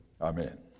Amen